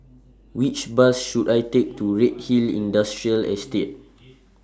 Which Bus should I Take to Redhill Industrial Estate